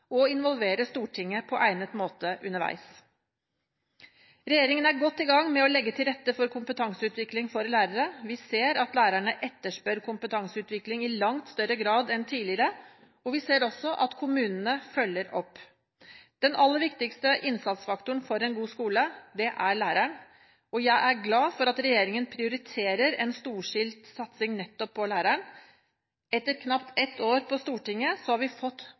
og involverer Stortinget på egnet måte underveis. Regjeringen er godt i gang med å legge til rette for kompetanseutvikling for lærere. Vi ser at lærerne etterspør kompetanseutvikling i langt større grad enn tidligere, og vi ser også at kommunene følger opp. Den aller viktigste innsatsfaktoren for en god skole er læreren, og jeg er glad for at regjeringen prioriterer en storstilt satsing nettopp på læreren. Etter knapt ett år på Stortinget har vi fått